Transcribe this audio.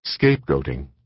Scapegoating